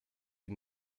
die